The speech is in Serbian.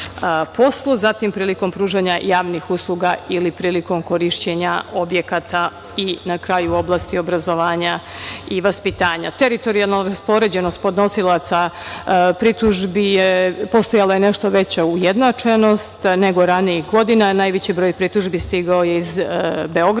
zatim prilikom pružanja javnih usluga ili prilikom korišćenja objekata i na kraju oblasti obrazovanja i vaspitanja. Teritorijalna raspoređenost podnosilaca pritužbi, postojala je nešto veća ujednačenost nego ranijih godina. Najveći broj pritužbi stigao je iz Beograda,